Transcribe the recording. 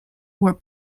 were